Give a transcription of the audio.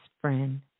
friend